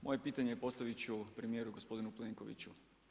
Moje pitanje postavit ću premijeru, gospodinu Plenkoviću.